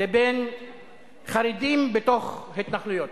לבין חרדים בתוך התנחלויות.